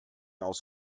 aus